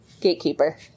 Gatekeeper